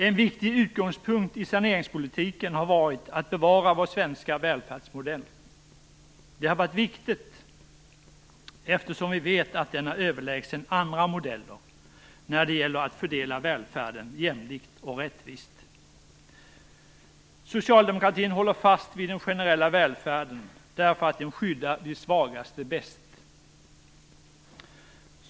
En viktig utgångspunkt i saneringspolitiken har varit att bevara vår svenska välfärdsmodell. Det har varit viktigt, eftersom vi vet att den är överlägsen andra modeller när det gäller att fördela välfärden jämlikt och rättvist. Socialdemokratin håller fast vid den generella välfärden, eftersom den skyddar de svagaste bäst.